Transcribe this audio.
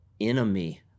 enemy